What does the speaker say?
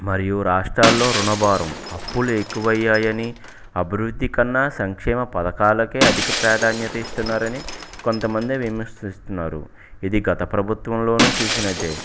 మరియు రాష్ట్రాల్లో రుణభారం అప్పులు ఎక్కువయ్యాయని అభివృద్ధి కన్నా సంక్షేమ పథకాలకే అధిక ప్రాధాన్యత ఇస్తున్నారని కొంతమంది విమర్శిస్తున్నారు ఇది గత ప్రభుత్వంలోనూ చూసినదే